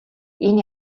энэ